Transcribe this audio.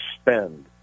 spend